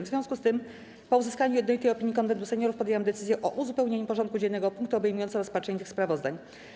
W związku z tym, po uzyskaniu jednolitej opinii Konwentu Seniorów, podjęłam decyzję o uzupełnieniu porządku dziennego o punkty obejmujące rozpatrzenie tych sprawozdań.